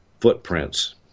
footprints